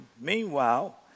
Meanwhile